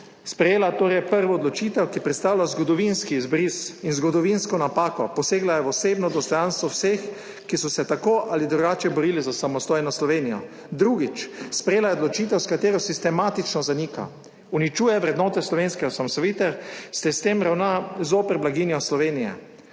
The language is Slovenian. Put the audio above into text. sprejela prvo odločitev, ki predstavlja zgodovinski izbris in zgodovinsko napako. Posegla je v osebno dostojanstvo vseh, ki so se tako ali drugače borili za samostojno Slovenijo. Drugič, sprejela je odločitev, s katero sistematično zanika, uničuje vrednote slovenske osamosvojitve ter s tem ravna zoper blaginjo Slovenije.